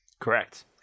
Correct